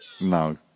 No